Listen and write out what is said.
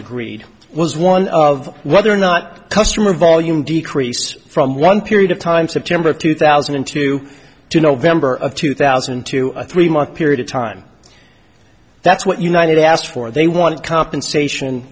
agreed was one of whether or not customer volume decrease from one period of time september two thousand and two to november of two thousand and two a three month period of time that's what united asked for they want compensation